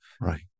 right